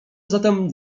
zatem